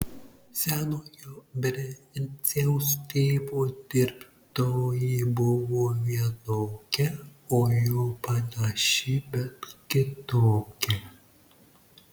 senojo brenciaus tėvo dirbtoji buvo vienokia o jo panaši bet kitokia